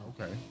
Okay